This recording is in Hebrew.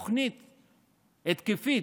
תוכנית התקפית,